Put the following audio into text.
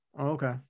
Okay